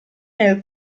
nel